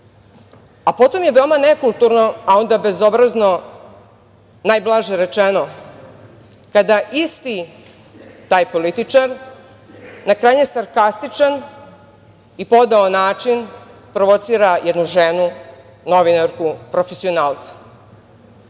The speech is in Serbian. Đilas. Potom je veoma nekulturno, a onda bezobrazno, najblaže rečeno, kada isti taj političar na krajnje sarkastičan i podao način provocira jednu ženu, novinarku, profesionalca.